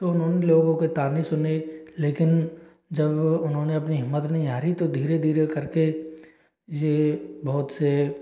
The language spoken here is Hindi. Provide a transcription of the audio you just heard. तो उन्होंने लोगों के ताने सुने लेकिन जब उन्होंने अपनी हिम्मत नहीं हारी तो धीरे धीरे करके यह बहुत से